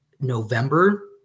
November